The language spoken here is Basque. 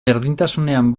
berdintasunean